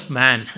man